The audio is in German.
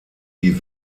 die